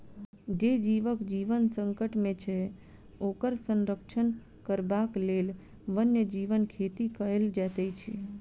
जे जीवक जीवन संकट मे छै, ओकर संरक्षण करबाक लेल वन्य जीव खेती कयल जाइत छै